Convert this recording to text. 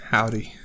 Howdy